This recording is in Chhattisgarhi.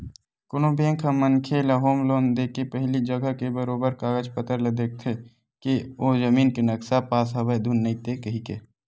कोनो बेंक ह मनखे ल होम लोन देके पहिली जघा के बरोबर कागज पतर ल देखथे के ओ जमीन के नक्सा पास हवय धुन नइते कहिके